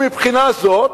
מבחינה זו,